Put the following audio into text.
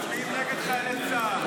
מצביעים נגד חיילי צה"ל.